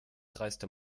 dreiste